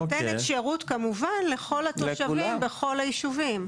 שנותנת שירות כמובן לכל התושבים בכל הישובים.